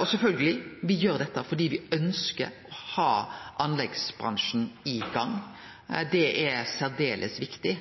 Og sjølvsagt gjer me dette fordi me ønskjer å ha anleggsbransjen i gang. Det er særdeles viktig.